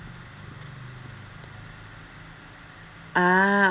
ah